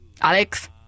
Alex